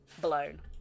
blown